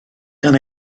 gan